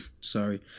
Sorry